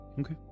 Okay